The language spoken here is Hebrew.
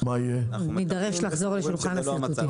נידרש לחזור לשולחן הכנסת.